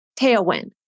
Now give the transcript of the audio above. tailwind